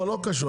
לא קשור.